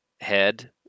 head